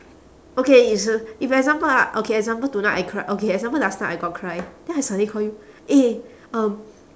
okay is a if example ah okay example tonight I cr~ okay example last night I got cry then I suddenly call you eh um